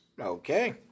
Okay